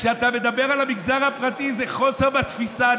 כשאתה מדבר על המגזר הפרטי, זה חוסר בתפיסה.